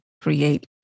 create